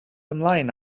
ymlaen